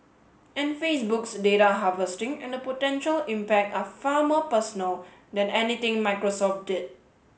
and Facebook's data harvesting and the potential impact are far more personal than anything Microsoft did